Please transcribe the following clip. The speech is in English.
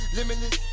Limitless